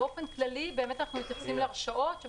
באופן כללי אנחנו מתייחסים להרשעות לאחר